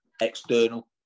external